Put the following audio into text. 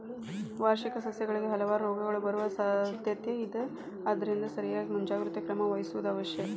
ವಾರ್ಷಿಕ ಸಸ್ಯಗಳಿಗೆ ಹಲವಾರು ರೋಗಗಳು ಬರುವ ಸಾದ್ಯಾತೆ ಇದ ಆದ್ದರಿಂದ ಸರಿಯಾದ ಮುಂಜಾಗ್ರತೆ ಕ್ರಮ ವಹಿಸುವುದು ಅವಶ್ಯ